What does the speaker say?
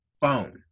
phone